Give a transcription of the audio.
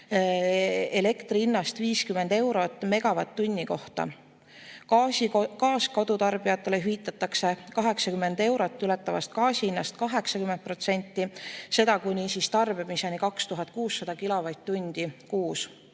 elektri hinnast 50 eurot megavatt-tunni kohta. Gaasi kodutarbijatele hüvitatakse 80 eurot ületavast gaasi hinnast 80%, seda kuni tarbimiseni 2600 kilovatt-tundi kuus.